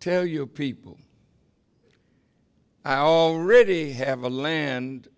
tell your people i already have a land